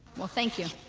well thank you